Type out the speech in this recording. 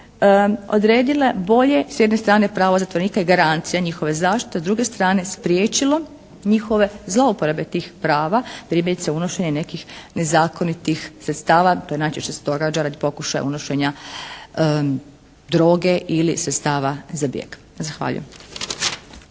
odredile bolje s jedne strane prava zatvorenika i garancija njihove zaštite a s druge strane spriječilo njihove zlouporabe tih prava, primjerice unošenje nekih nezakonitih sredstava. To najčešće se događa radi pokušaja unošenja droge ili sredstava za bijeg. Zahvaljujem.